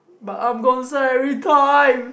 but I'm every time